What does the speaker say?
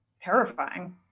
terrifying